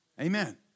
Amen